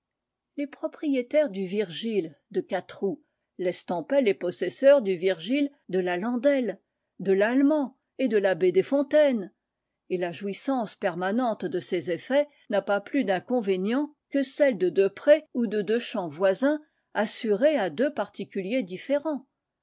les propriétaires du virgile de catrou laissent en paix les possesseurs du virgile de la landelle de lallemant et de l'abbé desfontaines et la jouissance permanente de ces effets n'a pas plus d'inconvénients que celle de deux prés ou de deux champs voisins assurée à deux particuliers différents